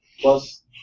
plus